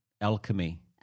alchemy